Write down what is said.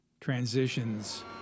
transitions